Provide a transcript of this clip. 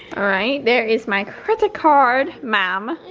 all right there is my credit card ma'am.